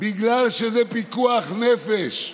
בגלל שזה פיקוח נפש,